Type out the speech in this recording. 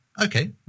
okay